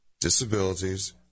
disabilities